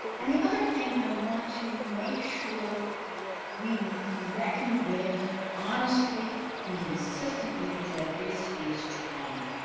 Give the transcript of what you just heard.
and the other thing i want to make sure we reckon with honestly and insistently is that this is trauma.